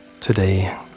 Today